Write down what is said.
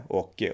och